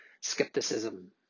skepticism